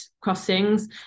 crossings